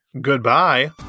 goodbye